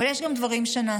אבל יש גם דברים שנעשו.